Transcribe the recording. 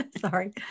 sorry